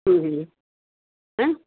بولیے ہاں